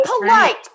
polite